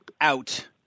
out-